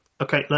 Okay